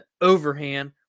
overhand